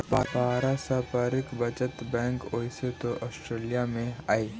पारस्परिक बचत बैंक ओइसे तो ऑस्ट्रेलिया में हइ